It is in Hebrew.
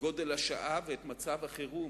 גודל השעה ואת מצב החירום.